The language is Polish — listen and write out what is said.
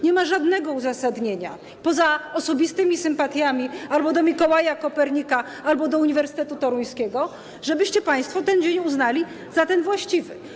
Nie ma żadnego uzasadnienia, poza osobistymi sympatiami albo do Mikołaja Kopernika, albo do uniwersytetu toruńskiego, żebyście państwo ten dzień uznali za ten właściwy.